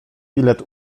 bilet